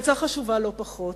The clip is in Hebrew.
ועצה חשובה לא פחות,